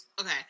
Okay